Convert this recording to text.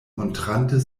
montrante